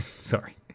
Sorry